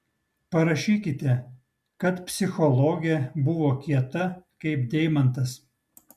parašykite kad psichologė buvo kieta kaip deimantas